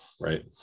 right